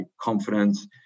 confidence